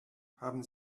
haben